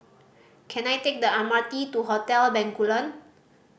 can I take the M R T to Hotel Bencoolen